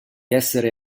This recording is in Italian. essere